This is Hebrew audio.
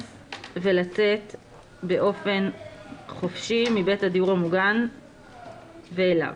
ולצאת באופן חופשי מבית הדיור המוגן ואליו,